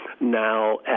now